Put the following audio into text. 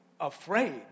afraid